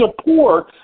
support